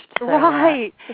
Right